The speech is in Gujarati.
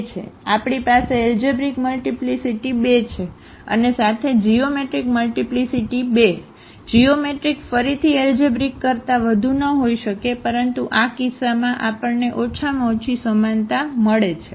તેથી આપણી પાસે એલજેબ્રિક મલ્ટીપ્લીસીટી 2 છે અને સાથે જીઓમેટ્રિક મલ્ટીપ્લીસીટી 2 જીઓમેટ્રિક ફરીથી એલજેબ્રિક કરતા વધુ ન હોઈ શકે પરંતુ આ કિસ્સામાં આપણને ઓછામાં ઓછી સમાનતા મળી છે